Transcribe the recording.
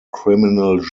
criminal